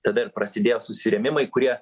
tada ir prasidėjo susirėmimai kurie